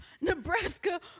Nebraska